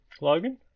Logan